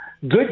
Good